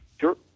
Sure